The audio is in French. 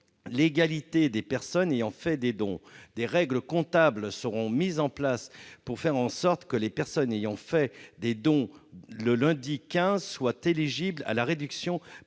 l'égalité entre les personnes ayant fait des dons. Des règles comptables seront mises en place pour faire en sorte que les personnes ayant fait des dons le lundi 15 soient éligibles à la déduction